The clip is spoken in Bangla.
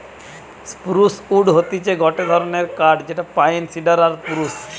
স্প্রুস উড হতিছে গটে ধরণের কাঠ যেটা পাইন, সিডার আর স্প্রুস